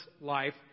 life